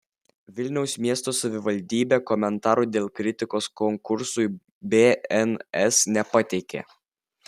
vilniaus miesto savivaldybė komentarų dėl kritikos konkursui bns nepateikė